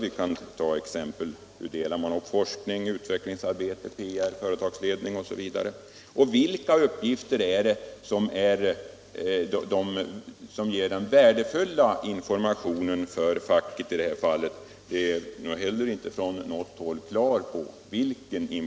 Hur fördelar man t.ex. kostnader för forskning och utvecklingsarbete, PR, företagsledning osv.? Vilka uppgifter ger den mest värdefulla informationen för facket i det här fallet? Det är man heller inte från något håll klar över.